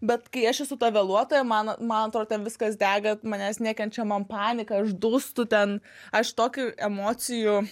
bet kai aš esu ta vėluotoja man man atrodo ten viskas dega ant manęs nekenčia man panika aš dūstu ten aš tokiu emocijų